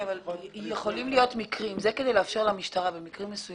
זה כדי לאפשר למשטרה בכלל לא לבחון מקרים מסוימים.